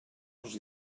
los